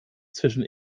zwischen